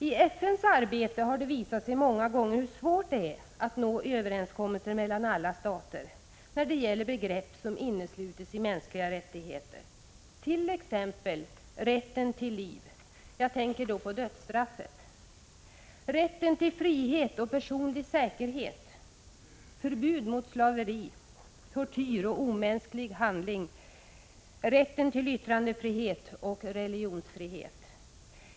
I FN:s arbete har det visat sig många gånger hur svårt det är att nå överenskommelser mellan alla stater när det gäller begrepp som innesluts i mänskliga rättigheter, t.ex. rätten till liv — jag tänker då på dödsstraffet — rätten till frihet och personlig säkerhet, förbud mot slaveri, tortyr och omänsklig behandling, rätten till yttrandefrihet och religionsfrihet.